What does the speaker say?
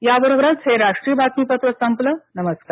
याबरोबरच हे राष्ट्रीय बातमीपत्र संपलं नमस्कार